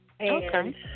Okay